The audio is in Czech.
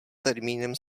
termínem